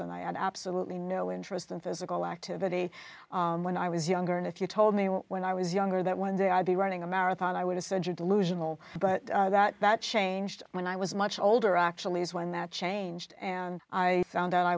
and i absolutely no interest in physical activity when i was younger and if you told me when i was younger that one day i'd be running a marathon i would a surge of delusional but that that changed when i was much older actually when that changed and i found out i